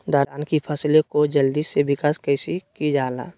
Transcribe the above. धान की फसलें को जल्दी से विकास कैसी कि जाला?